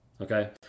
okay